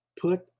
Put